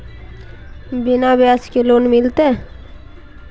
बिना ब्याज के लोन मिलते?